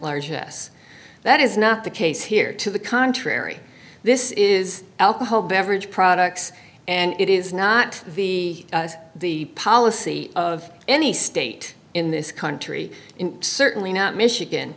large yes that is not the case here to the contrary this is alcohol beverage products and it is not the the policy of any state in this country certainly not michigan